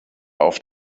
auf